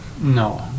No